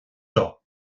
seo